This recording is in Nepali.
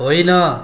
होइन